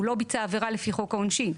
הוא לא ביצע עבירה לפי חוק העונשין.